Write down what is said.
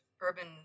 urban